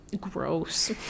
gross